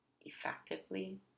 effectively